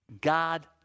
God